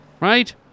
right